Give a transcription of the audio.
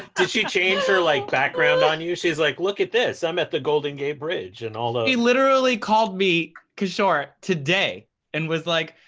did she change her like background on you? she's like, look at this. i'm at the golden gate bridge, and all the he literally called me kishore today and was like,